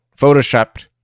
photoshopped